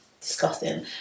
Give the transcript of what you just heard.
Disgusting